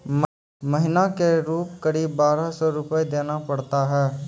महीना के रूप क़रीब बारह सौ रु देना पड़ता है?